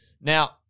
Now